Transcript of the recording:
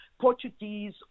Portuguese